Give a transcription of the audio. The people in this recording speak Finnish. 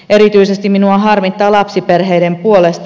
erityisesti minua harmittaa lapsiperheiden puolesta